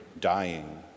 dying